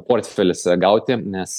portfelis gauti nes